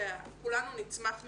שכולנו נצמח מתוכה,